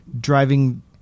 driving